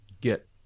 get